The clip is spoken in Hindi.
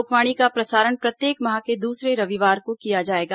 लोकवाणी का प्रसारण प्रत्येक माह के दूसरे रविवार को किया जाएगा